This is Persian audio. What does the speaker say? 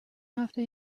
هفته